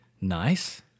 Nice